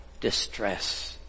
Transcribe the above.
distress